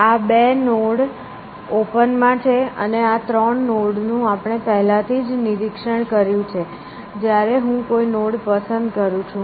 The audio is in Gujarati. આ બે નોડ ઓપન માં છે અને આ ત્રણ નોડ નું આપણે પહેલાથી જ નિરીક્ષણ કર્યું છે જ્યારે હું કોઈ નોડ પસંદ કરું છું